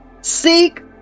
Seek